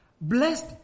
blessed